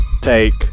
take